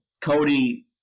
Cody